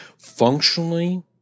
Functionally